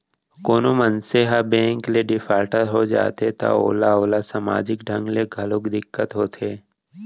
कोनो मनसे ह बेंक ले डिफाल्टर हो जाथे त ओला ओला समाजिक ढंग ले घलोक दिक्कत होथे